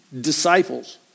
Disciples